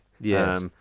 Yes